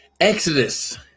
Exodus